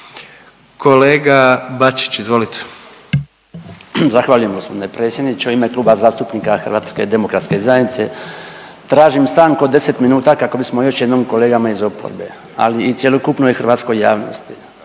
**Bačić, Branko (HDZ)** Zahvaljujem gospodine predsjedniče. U ime Kluba zastupnika Hrvatske demokratske zajednice tražim stanku od 10 minuta kako bismo još jednom kolegama iz oporbe, ali i cjelokupnoj hrvatskoj javnosti